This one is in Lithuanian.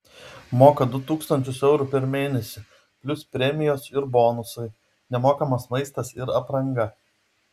moka du tūkstančius eurų per mėnesį plius premijos ir bonusai nemokamas maistas ir apranga